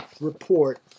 report